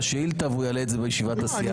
השאילתה והוא יעלה את זה בישיבת הסיעה הבאה.